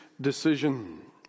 decision